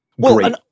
great